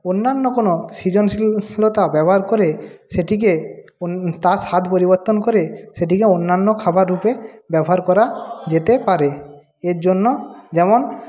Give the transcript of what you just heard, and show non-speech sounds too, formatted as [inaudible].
অন্যান্য কোনো সৃজনশীলতা ব্যবহার করে সেটিকে [unintelligible] তার স্বাদ পরিবর্তন করে সেটিকে অন্যান্য খাবাররূপে ব্যবহার করা যেতে পারে এর জন্য যেমন